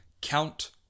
Count